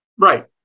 Right